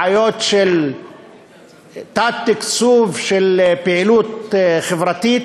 בעיות של תת-תקצוב של פעילות חברתית,